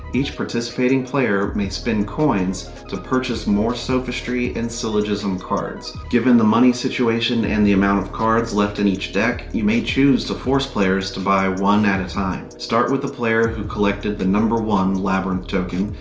each participating player may spend coins to purchase more sophistry and syllogism cards. given the money situation and the amount of cards left in the deck, you may choose to force players to buy one at a time. start with the player who collected the number one labyrinth token,